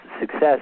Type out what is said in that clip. success